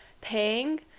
paying